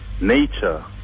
nature